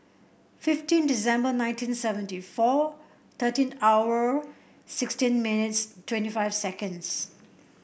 fifteen December nineteen seventy four thirteen hour sixteen minutes twenty five seconds